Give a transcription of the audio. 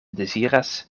deziras